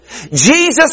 Jesus